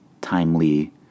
timely